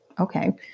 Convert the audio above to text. Okay